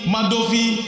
Madovi